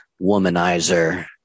womanizer